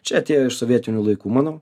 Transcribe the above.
čia atėjo iš sovietinių laikų manau